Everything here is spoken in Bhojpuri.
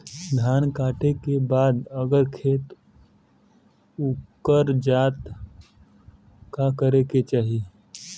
धान कांटेके बाद अगर खेत उकर जात का करे के चाही?